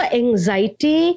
anxiety